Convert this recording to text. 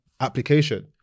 application